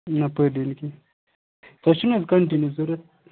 نہَ پٔر ڈے نہٕ کیٚنٛہہ تۄہہِ چھُو نا حظ کَنٹِنیٛوٗ ضروٗرت